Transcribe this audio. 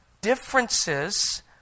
differences